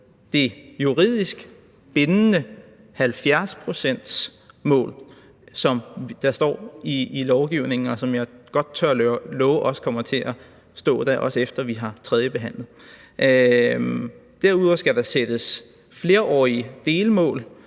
det juridisk bindende 70-procentsmål, som er skrevet ind i lovforslaget, og som jeg godt tør love også kommer til at stå der, efter vi har tredjebehandlet. Derudover skal der sættes flerårlige delmål.